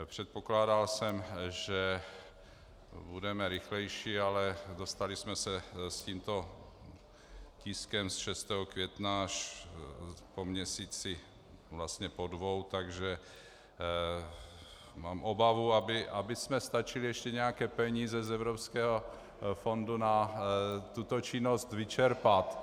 Předpokládal jsem, že budeme rychlejší, ale dostali jsme se s tímto tiskem z 6. května až po měsíci, vlastně po dvou, takže mám obavu, abychom stačili ještě nějaké peníze z evropského fondu na tuto činnost vyčerpat.